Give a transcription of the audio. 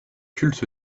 culte